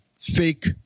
fake